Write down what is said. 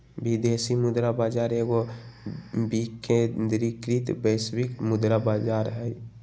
विदेशी मुद्रा बाजार एगो विकेंद्रीकृत वैश्विक मुद्रा बजार हइ